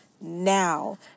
now